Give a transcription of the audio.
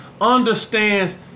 understands